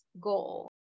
goal